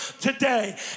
today